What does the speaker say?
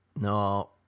no